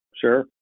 Sure